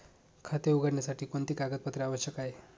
खाते उघडण्यासाठी कोणती कागदपत्रे आवश्यक आहे?